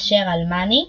אשר עלמני,